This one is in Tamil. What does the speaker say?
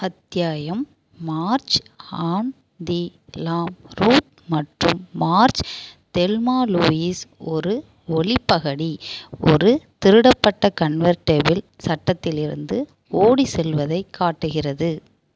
அத்தியாயம் Marge on the lam Ruth மற்றும் மார்ஜ் தெல்மா லூயிஸ் ஒரு ஒளி பகடி ஒரு திருடப்பட்ட கன்வெர்ட்டிபிள் சட்டத்திலிருந்து ஓடி செல்வதை காட்டுகிறது